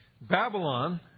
Babylon